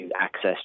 access